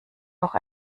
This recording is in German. noch